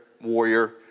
warrior